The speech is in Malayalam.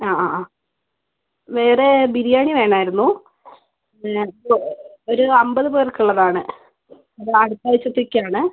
അ അ അ വേറെ ബിരിയാണി വേണമായിരുന്നു ഒരു അൻപത് പേർക്കുള്ളതാണ് അടുത്താഴ്ച്ച ത്തേക്കാണ്